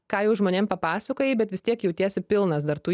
ką jau žmonėm papasakojai bet vis tiek jautiesi pilnas dar tų